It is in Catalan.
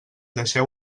deixeu